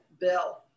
bill